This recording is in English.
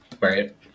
Right